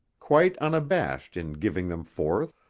quite unabashed in giving them forth,